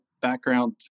background